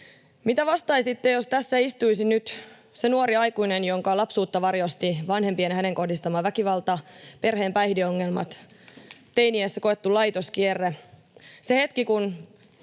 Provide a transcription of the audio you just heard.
Mitä vastaisitte, jos tässä istuisi nyt se nuori aikuinen, jonka lapsuutta varjostivat vanhempien häneen kohdistama väkivalta, perheen päihdeongelmat, teini-iässä koettu laitoskierre?